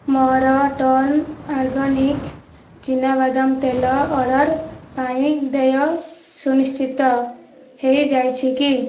ମୋର ton organic ଚିନାବାଦାମ ତେଲ ଅର୍ଡ଼ର୍ ପାଇଁ ଦେୟ ସୁନିଶ୍ଚିତ ହେଇଯାଇଛି କି